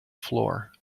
floor